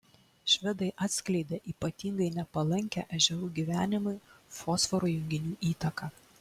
švedai atskleidė ypatingai nepalankią ežerų gyvenimui fosforo junginių įtaką